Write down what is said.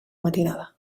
matinada